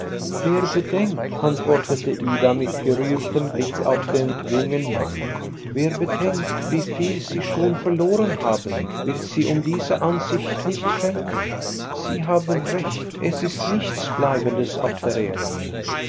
wer bedenkt antwortete ida mit gerührtem blick auf den jungen mann wer bedenkt wie viel sie schon verloren haben wird sie um diese ansicht nicht schelten sie haben recht es ist nichts bleibendes auf der erde